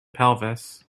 pelvis